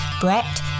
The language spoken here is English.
Brett